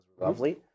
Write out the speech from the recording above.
Lovely